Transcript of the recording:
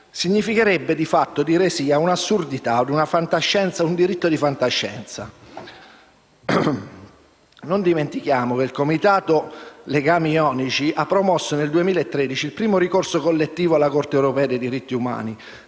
Significherebbe di fatto dire «sì» ad un'assurdità, ad un diritto da «fantascienza». Non dimentichiamo che il comitato Legamjonici ha promosso, nel 2013, il primo ricorso collettivo alla Corte europea dei diritti umani,